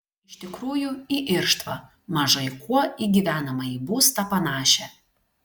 iš tikrųjų į irštvą mažai kuo į gyvenamąjį būstą panašią